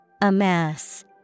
Amass